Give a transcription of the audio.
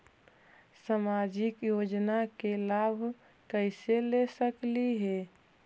सामाजिक योजना के लाभ कैसे ले सकली हे?